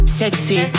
sexy